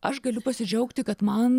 aš galiu pasidžiaugti kad man